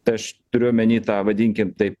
tai aš turiu omeny tą vadinkim taip